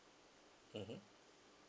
mmhmm